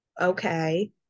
okay